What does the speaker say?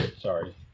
sorry